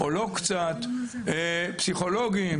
פסיכולוגים,